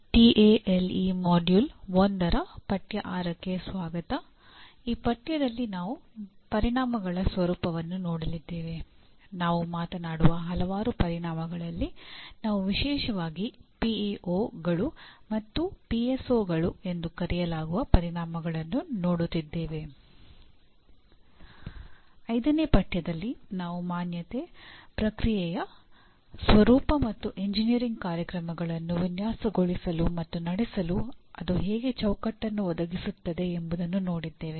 5ನೇ ಪಠ್ಯದಲ್ಲಿ ನಾವು ಮಾನ್ಯತೆ ಪ್ರಕ್ರಿಯೆಯ ಸ್ವರೂಪ ಮತ್ತು ಎಂಜಿನಿಯರಿಂಗ್ ಕಾರ್ಯಕ್ರಮಗಳನ್ನು ವಿನ್ಯಾಸಗೊಳಿಸಲು ಮತ್ತು ನಡೆಸಲು ಅದು ಹೇಗೆ ಚೌಕಟ್ಟನ್ನು ಒದಗಿಸುತ್ತದೆ ಎಂಬುದನ್ನು ನೋಡಿದ್ದೇವೆ